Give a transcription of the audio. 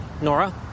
Nora